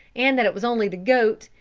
and that it was only the goat,